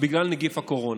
בגלל נגיף הקורונה.